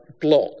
block